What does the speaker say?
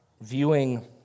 viewing